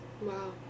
Wow